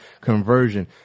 conversion